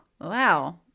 Wow